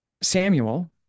Samuel